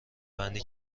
بندی